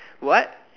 what